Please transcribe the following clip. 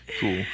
Cool